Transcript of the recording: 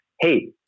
hey